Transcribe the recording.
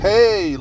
Hey